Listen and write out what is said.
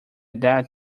that